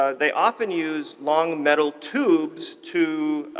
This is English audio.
ah they often use long metal tubes to